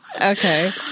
Okay